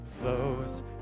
flows